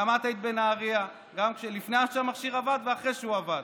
גם את היית בנהריה לפני שהמכשיר עבד ואחרי שהוא עבד.